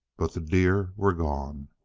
but the deer were gone.